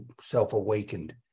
self-awakened